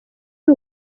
ari